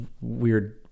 weird